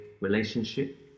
relationship